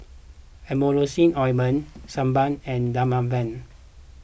Emulsying Ointment Sebamed and Dermaveen